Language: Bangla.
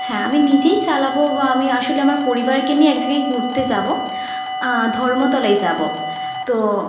হ্যাঁ আমি নিজেই চালাবো বা আমি আসলে আমার পরিবারকে নিয়ে এক জায়গায় ঘুরতে যাবো ধর্মতলায় যাবো তো